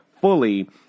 fully